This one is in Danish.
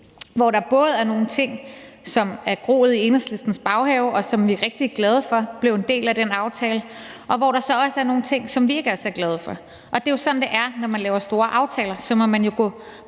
hvor der både er nogle ting, som er groet i Enhedslistens baghave, og som vi er rigtig glade for blev en del af den aftale, og nogle ting, som vi ikke er så glade for. Det er jo sådan, det er, når man laver store aftaler. Så må man gå